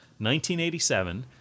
1987